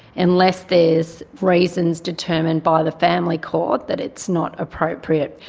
unless there is reasons determined by the family court that it's not appropriate.